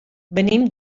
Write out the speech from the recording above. venim